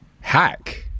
hack